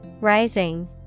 Rising